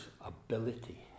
ability